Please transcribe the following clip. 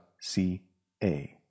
C-A